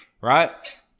right